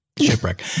Shipwreck